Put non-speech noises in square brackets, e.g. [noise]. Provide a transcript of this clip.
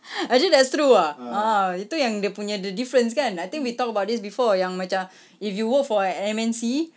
actually that's true ah itu yang dia punya the difference kan I think we talk about this before yang macam [noise] if you work for a M_N_C